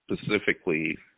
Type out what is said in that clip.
specifically